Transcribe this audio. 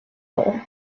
bull